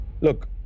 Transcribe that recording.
Look